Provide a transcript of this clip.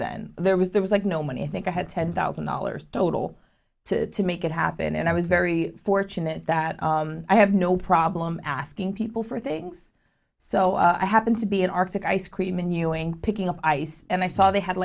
then there was there was like no money i think i had ten thousand dollars total to make it happen and i was very fortunate that i have no problem asking people for things so i happened to be in arctic ice cream in ewing picking up ice and i saw they had